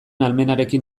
ahalmenarekin